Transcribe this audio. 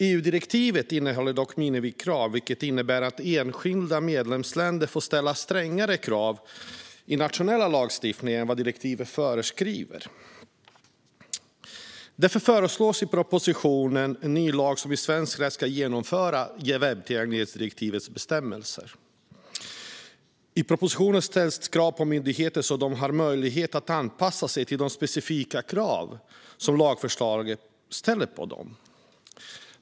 EU-direktivet innehåller dock minimikrav, vilket innebär att enskilda medlemsländer får ställa strängare krav i nationell lagstiftning än vad direktivet föreskriver. Därför föreslås i propositionen en ny lag som i svensk rätt ska göra att webbtillgänglighetsdirektivets bestämmelser genomförs. I propositionen ställs krav på myndigheter så att de har möjlighet att anpassa sig till de specifika krav som lagförslaget ställer på dem.